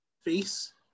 face